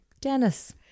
dennis